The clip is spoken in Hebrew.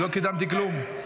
אני לא קידמתי כלום.